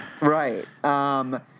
Right